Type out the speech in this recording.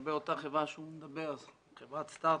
לגבי אותה חברה עליה הוא מדבר חברת סטרט-אפ,